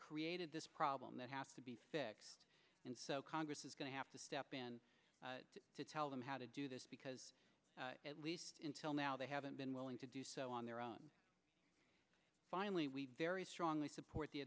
created this problem that has to be fixed and so congress is going to have to step in to tell them how to do this because at least until now they haven't been willing to do so on their own finally we very strongly support the